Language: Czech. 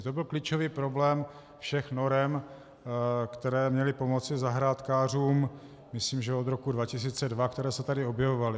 To byl klíčový problém všech norem, které měly pomoci zahrádkářům, myslím, že od roku 2002, které se tady objevovaly.